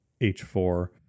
H4